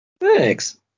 thanks